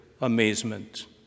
amazement